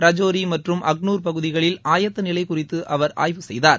ரஜோரி மற்றும் அகநூர் பகுதிகளில் ஆயத்த நிலை குறித்து அவர் ஆய்வு செய்தார்